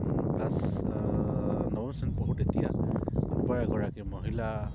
class নৱম শ্ৰেণীত পঢ়ো তেতিয়া কোনোবা এগৰাকী মহিলা